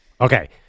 Okay